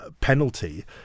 penalty